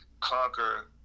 conquer